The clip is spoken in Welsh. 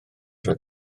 rhoi